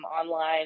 online